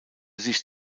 sich